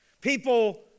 People